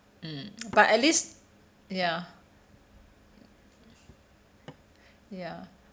mm but at least ya ya